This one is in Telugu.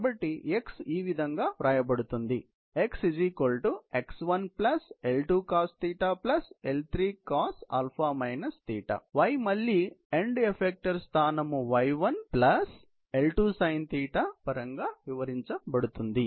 కాబట్టి x ఈ విధంగా వ్రాయబడుతుంది x x 1 L2cosθ L3cos α θ y మళ్ళీ ఎండ్ ఎఫెక్టరు స్థానం y 1 ప్లస్ L 2 sinθ పరంగా వివరించబడింది